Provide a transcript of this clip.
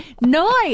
noise